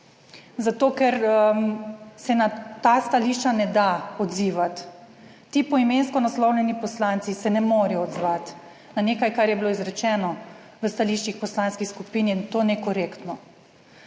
zato, ker se na ta stališča ne da odzivati, ti poimensko naslonjeni poslanci se ne morejo odzvati na nekaj, kar je bilo izrečeno v stališčih poslanskih skupin in je to nekorektno.